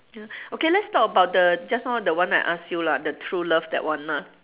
ya okay let's talk about the just now the one I ask you lah the true love that one ah